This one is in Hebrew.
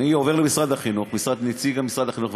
אני עובר לנציג משרד החינוך,